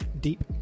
Deep